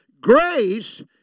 Grace